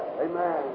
Amen